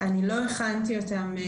אני לא הכנתי אותם.